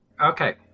Okay